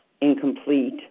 incomplete